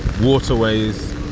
waterways